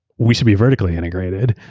we should be vertically-integrated.